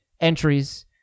entries